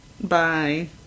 Bye